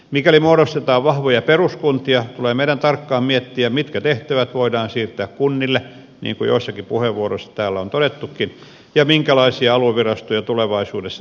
mikäli muodostetaan vahvoja peruskuntia tulee meidän tarkkaan miettiä mitkä tehtävät voidaan siirtää kunnille niin kuin joissakin puheenvuoroissa täällä on todettukin ja minkälaisia aluevirastoja tulevaisuudessa tarvitaan